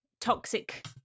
toxic